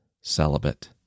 celibate